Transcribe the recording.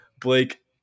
Blake